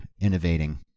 innovating